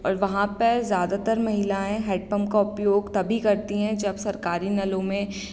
और वहाँ पर ज़्यादातर महिलाएँ हैडपंप का उपयोग तभी करती हैं जब सरकारी नलों में